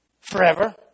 Forever